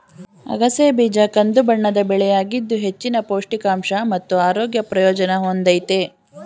ಅಗಸೆ ಬೀಜ ಕಂದುಬಣ್ಣದ ಬೆಳೆಯಾಗಿದ್ದು ಹೆಚ್ಚಿನ ಪೌಷ್ಟಿಕಾಂಶ ಮತ್ತು ಆರೋಗ್ಯ ಪ್ರಯೋಜನ ಹೊಂದಯ್ತೆ